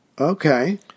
Okay